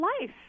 life